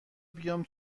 بیام